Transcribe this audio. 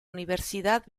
universidad